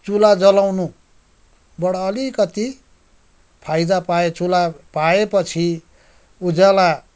चुल्हा जलाउनुबड अलिकति फाइदा पाए चुल्हा पाएपछि उजाला